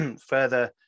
further